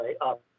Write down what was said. up